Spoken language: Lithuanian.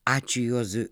ačiū juozui